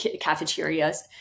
cafeterias